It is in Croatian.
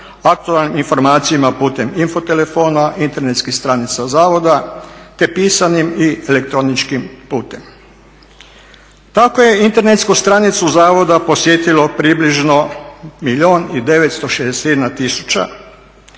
aktualnim informacijama putem info telefona, internetskih stranica zavoda te pisanim i elektroničkim putem. Tako je internetsku stranicu zavoda posjetilo približno milijun